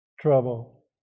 trouble